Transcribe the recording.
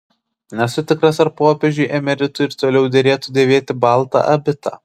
nesu tikras ar popiežiui emeritui ir toliau derėtų dėvėti baltą abitą